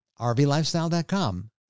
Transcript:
rvlifestyle.com